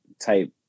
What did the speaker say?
type